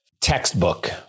textbook